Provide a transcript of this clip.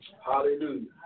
Hallelujah